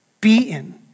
beaten